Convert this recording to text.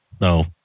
No